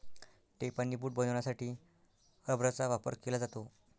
tape आणि boot बनवण्यासाठी रबराचा वापर केला जातो